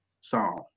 song